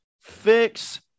fix